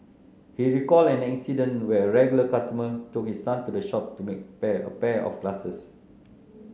he recalled an incident where a regular customer took his son to the shop to make a pair a pair of glasses